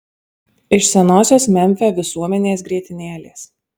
iš senosios memfio visuomenės grietinėlės